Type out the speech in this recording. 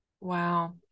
Wow